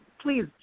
please